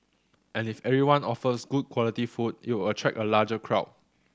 and if everyone offers good quality food it'll attract a larger crowd